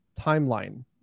timeline